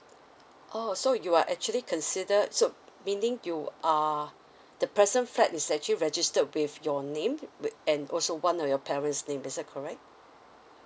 oh so you are actually considered so meaning you are the present flat is actually registered with your name wi~ and also one of your parents' name is that correct